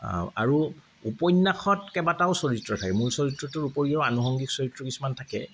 আৰু উপন্যাসত কেইবাটাও চৰিত্ৰ থাকে মূল চৰিত্ৰটোৰ ওপৰিও আনুসংগিক চৰিত্ৰ কিছুমান থাকে